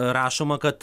rašoma kad